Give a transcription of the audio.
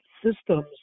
systems